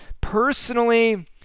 Personally